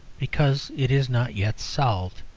because it is not yet solved.